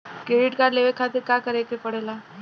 Credit card लेवे खातिर का करे के पड़ेला?